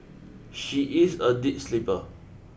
she is a deep sleeper